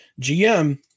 GM